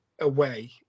away